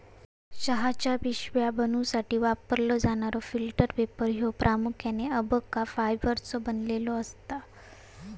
चहाच्या पिशव्या बनवूसाठी वापरलो जाणारो फिल्टर पेपर ह्यो प्रामुख्याने अबका फायबरचो बनलेलो असता